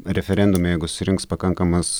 referendume jeigu susirinks pakankamas